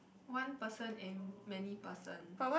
one person in many person